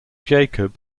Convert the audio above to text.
jakob